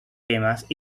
yemas